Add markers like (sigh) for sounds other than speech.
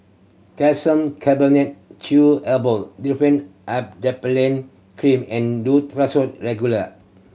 Calcium Carbonate Chewable Differin Adapalene Cream and Duro (unintelligible) Regular